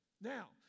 Now